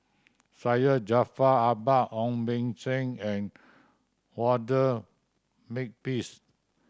Syed Jaafar Albar Ong Beng Seng and Walter Makepeace